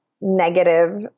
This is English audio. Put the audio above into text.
negative